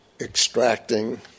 extracting